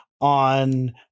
on